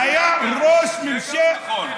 הוא היה ראש ממשלת,